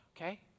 okay